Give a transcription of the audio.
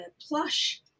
plush